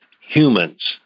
humans